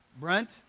brent